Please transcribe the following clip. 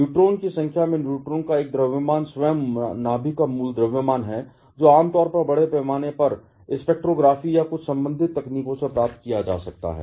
neutron की संख्या में न्यूट्रॉन का एक द्रव्यमान स्वयं नाभिक का मूल द्रव्यमान है जो आम तौर पर बड़े पैमाने पर स्पेक्ट्रोग्राफी या कुछ संबंधित तकनीकों से प्राप्त किया जा सकता है